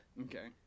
Okay